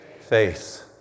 Faith